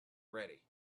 ready